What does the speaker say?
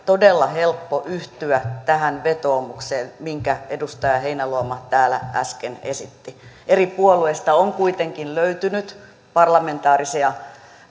todella helppo yhtyä tähän vetoomukseen minkä edustaja heinäluoma täällä äsken esitti eri puolueista on kuitenkin löytynyt parlamentaarisia